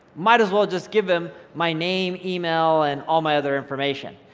might as well just give him my name, email and all my other information.